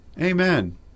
Amen